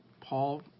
paul